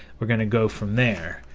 we're gonna go from there,